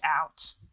out